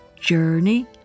Journey